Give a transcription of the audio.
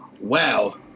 Wow